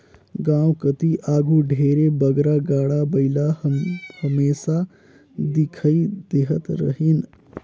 गाँव कती आघु ढेरे बगरा गाड़ा बइला हमेसा दिखई देहत रहिन